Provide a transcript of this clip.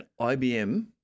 IBM